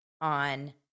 on